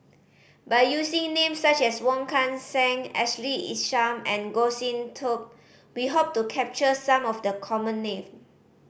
by using names such as Wong Kan Seng Ashley Isham and Goh Sin Tub we hope to capture some of the common name